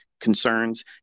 concerns